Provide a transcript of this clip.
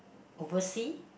oversea